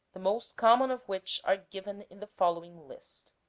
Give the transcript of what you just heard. the most common of which are given in the following list.